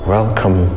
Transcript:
Welcome